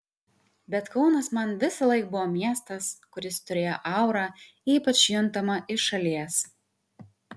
bet kaunas man visąlaik buvo miestas kuris turėjo aurą ypač juntamą iš šalies